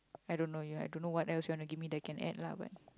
I don't know you I don't know what else you wanna give me that can add lah but